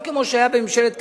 לא כמו שהיה בממשלת קדימה,